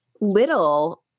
little